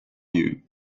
you